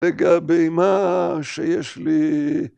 לגבי מה שיש לי